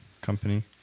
company